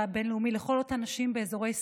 הבין-לאומי לכל אותן אנשים באזורי סכסוך,